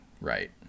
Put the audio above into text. right